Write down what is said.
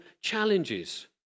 challenges